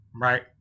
Right